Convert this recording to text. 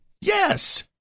Yes